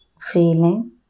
feeling